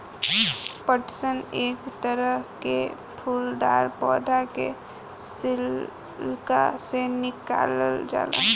पटसन एक तरह के फूलदार पौधा के छिलका से निकालल जाला